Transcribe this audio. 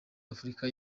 afrika